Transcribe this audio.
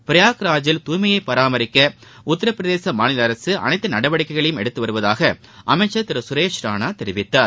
பிரயாக்ராஜ் ல் தூய்மையை பராமரிக்க உத்தரப் பிரதேச மாநில அரசு அனைத்து நடவடிக்கைகளையும் எடுத்து வருவதாக அமைச்சர் திரு சுரேஷ் ராணா தெரிவித்தார்